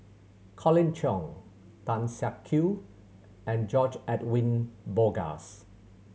Colin Cheong Tan Siak Kew and George Edwin Bogaars